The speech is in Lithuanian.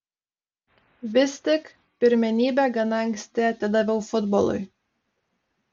vis tik pirmenybę gana anksti atidaviau futbolui